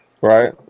right